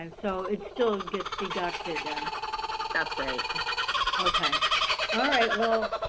and so it still gets deducted done that's right okay alright well i